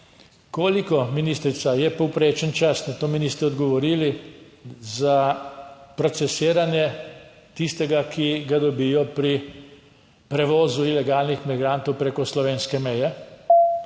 koliko ministrica je povprečen čas? Na to mi niste odgovorili, za procesiranje tistega, ki ga dobijo pri prevozu ilegalnih migrantov preko slovenske meje?